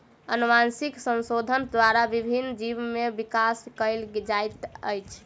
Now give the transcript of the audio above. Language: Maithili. अनुवांशिक संशोधन द्वारा विभिन्न जीव में विकास कयल जाइत अछि